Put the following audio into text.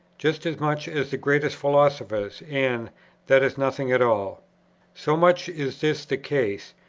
just as much as the greatest philosophers, and that is nothing at all so much is this the case,